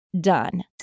done